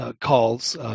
calls